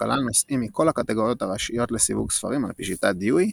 שכלל נושאים מכל הקטגוריות הראשיות לסיווג ספרים על פי שיטת דיואי,